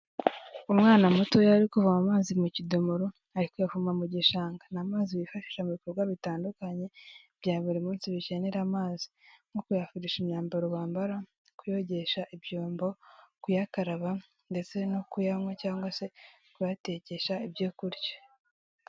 Umwana mutoya uri kuvoma amazi mu kidomoro, ari kuyavoma mu gishanga ni amazi yifashisha mu bikorwa bitandukanye bya buri munsi bikenera amazi, nko kuyafurisha imyambaro wambara, kuyogesha imyambaro wambara kuyakaraba, ndetse no kuyanywa cyangwa se kuyatekesha ibyo kurya,